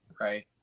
right